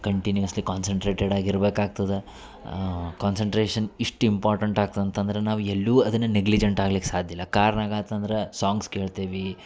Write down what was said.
continuously concentrated ಆಗಿರ್ಬೇಕಾಗ್ತದೆ concentration ಇಷ್ಟು important ಆಗ್ತ ಅಂತಂದ್ರ ನಾವು ಎಲ್ಲೂ ಅದನ್ನ ನೆಗ್ಲಿಜೆಂಟ್ ಆಗ್ಲಿಕ್ಕೆ ಸಾಧಿಲ್ಲ ಕಾರ್ನಾಗ ಆತಂದ್ರ ಸಾಂಗ್ಸ್ ಕೇಳ್ತೇವಿ